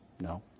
No